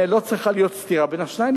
לא צריכה להיות סתירה בין השניים.